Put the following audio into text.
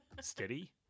Steady